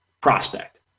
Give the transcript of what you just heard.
prospect